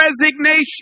resignation